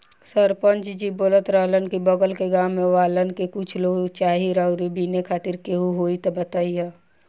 सरपंच जी बोलत रहलन की बगल के गाँव वालन के कुछ लोग चाही रुआ बिने खातिर केहू होइ त बतईह